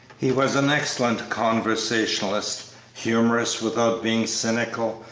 he was an excellent conversationalist humorous without being cynical,